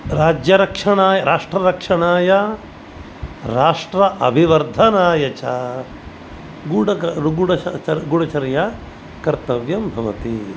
राज्यरक्षणाय राष्ट्ररक्षणाय राष्ट्र अभिवर्धनाय च गूडग गूडच च गूडचर्या कर्तव्यं भवति